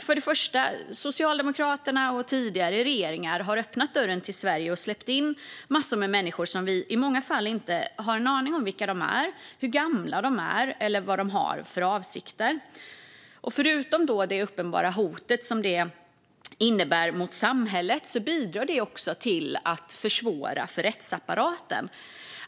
För det första: Socialdemokraterna och tidigare regeringar har öppnat dörren till Sverige och släppt in massor med människor som vi i många fall inte har en aning om vilka de är, hur gamla de är eller vilka avsikter de har. Förutom det uppenbara hotet mot samhället som detta innebär bidrar det också till att försvåra för rättsapparaten.